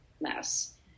mess